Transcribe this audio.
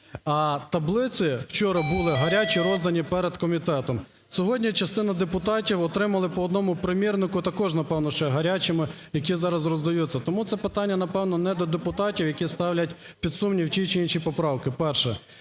А таблиці вчора були гарячі роздані перед комітетом. Сьогодні частина депутатів отримали по одному примірнику також, напевно, ще гарячими, які зараз роздаються. Тому це питання, напевно, не до депутатів, які ставлять під сумнів ті чи інші поправки. Перше.